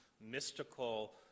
mystical